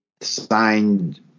signed